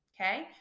Okay